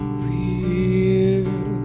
real